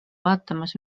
vaatamas